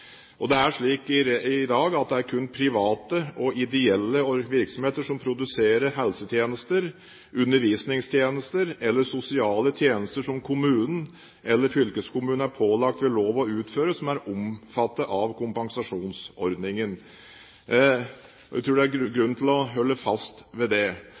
Det er slik i dag at det kun er private og ideelle virksomheter som produserer helsetjenester, undervisningstjenester eller sosiale tjenester som kommunen eller fylkeskommunen er pålagt ved lov å utføre, som er omfattet av kompensasjonsordningen. Jeg tror det er grunn til å holde fast ved det.